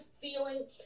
feeling